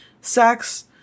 sex—